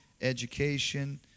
education